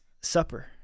supper